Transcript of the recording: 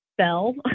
spell